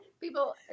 people